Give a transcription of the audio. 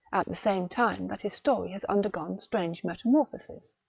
at the same time that his story has undergone strange metamorphoses.